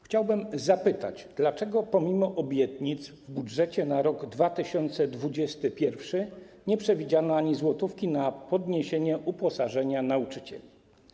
Chciałbym zapytać, dlaczego pomimo obietnic w budżecie na rok 2021 nie przewidziano ani złotówki na podniesienie uposażenia nauczycieli.